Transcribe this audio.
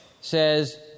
says